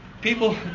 People